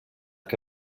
que